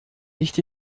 nicht